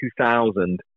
2000